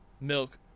milk